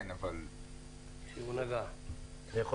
כן, אבל -- אני יכול